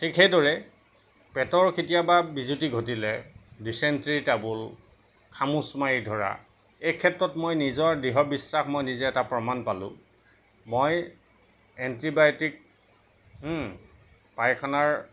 ঠিক সেইদৰে পেটৰ কেতিয়াবা বিজুতি ঘটিলে ডিচেনট্ৰি ট্ৰাবোল খামোচ মাৰি ধৰা এই ক্ষেত্ৰত মোৰ নিজৰ দৃহ বিশ্বাস মই নিজে এটা প্ৰমাণ পালোঁ মই এণ্টিবায়টিক পায়খানাৰ